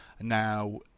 Now